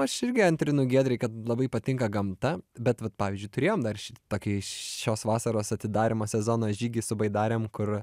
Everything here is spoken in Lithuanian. aš irgi antrinu giedrei kad labai patinka gamta bet vat pavyzdžiui turėjom dar tokį šios vasaros atidarymą sezono žygį su baidarėm kur